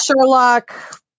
Sherlock